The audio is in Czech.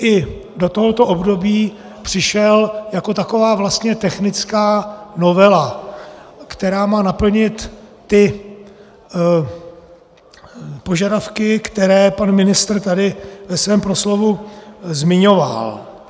I do tohoto období přišel jako taková vlastně technická novela, která má naplnit ty požadavky, které pan ministr tady ve svém proslovu zmiňoval.